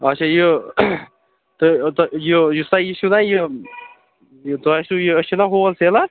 آچھا یہِ تہٕ ٲں تہٕ یہِ یُس تۄہہِ یہِ چھُو نا یہِ یہِ تۄہہِ آسوٕ یہِ أسۍ چھِ نا ہول سیٚلَر